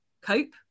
cope